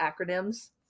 acronyms